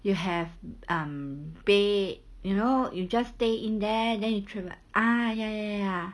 you have um bed you know you just stay in there then you travel ah ya ya ya ya